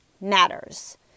matters